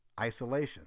isolation